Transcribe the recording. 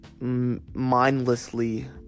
mindlessly